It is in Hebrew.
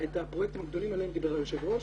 הפרויקטים הגדולים עליהם דיבר היושב-ראש.